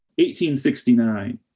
1869